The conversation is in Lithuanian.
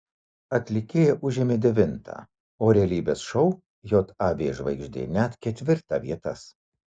atlikėja užėmė devintą o realybės šou jav žvaigždė net ketvirtą vietas